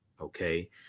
Okay